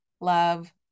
love